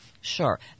Sure